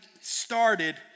started